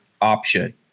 option